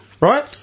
Right